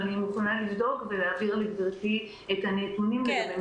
אבל אני מוכנה לבדוק ולהעביר לגברתי את הנתונים לגבי מספר הפניות.